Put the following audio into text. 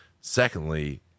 Secondly